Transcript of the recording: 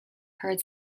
heard